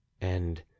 And